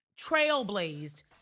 trailblazed